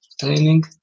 training